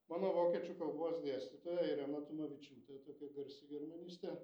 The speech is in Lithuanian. mano vokiečių kalbos dėstytoja irena tumavičiūtė tokia garsi germanistė